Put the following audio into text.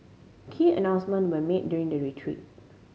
key announcement were made during the retreat